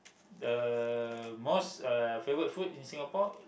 the most uh favorite food in Singapore